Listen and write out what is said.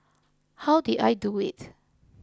how did I do it